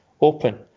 open